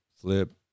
flip